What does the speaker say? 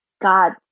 God